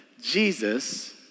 Jesus